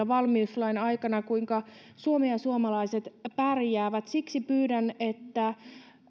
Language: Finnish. valmiuslain aikana kärryillä siitä kuinka suomi ja suomalaiset pärjäävät siksi pyydän että